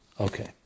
Okay